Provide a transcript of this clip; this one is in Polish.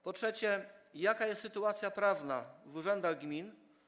Po trzecie, jaka jest sytuacja prawna w urzędach gmin?